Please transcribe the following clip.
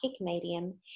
medium